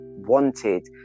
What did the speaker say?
wanted